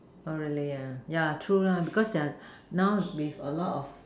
oh really ah yeah true lah because now with a lot of